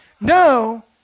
No